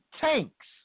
Tanks